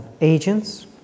agents